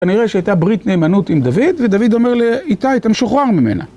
כנראה שהייתה ברית נאמנות עם דוד, ודוד אומר לאיתי, אתה משוחרר ממנה.